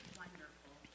wonderful